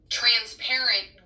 transparent